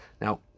Now